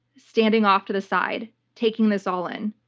standing off to the side, taking this all in.